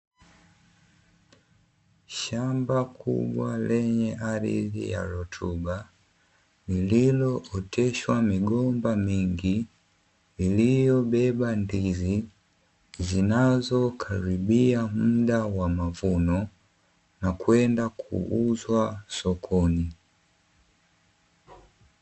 Shamba kubwa lenye ardhi yaliyotuba lililooteshwa migomba mingi, liililobeba ndizi zinazokaribia muda wa mavuno na kwenda kuuzwa sokoni.